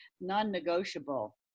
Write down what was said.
non-negotiable